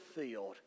field